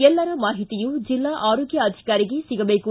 ಎಲ್ಲರ ಮಾಹಿತಿಯೂ ಜಿಲ್ಲಾ ಆರೋಗ್ಯ ಅಧಿಕಾರಿಗೆ ಸಿಗಬೇಕು